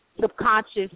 subconscious